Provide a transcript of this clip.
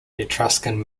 etruscan